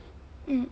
mm